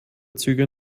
züge